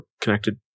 connected